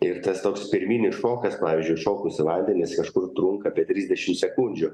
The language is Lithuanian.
ir tas toks pirminis šokas pavyzdžiui šokus į vandenis kažkur trunka apie trisdešimt sekundžių